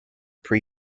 pre